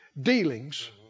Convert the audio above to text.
dealings